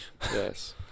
yes